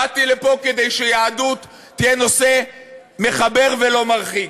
באתי לפה כדי שיהדות תהיה נושא מחבר ולא מרחיק.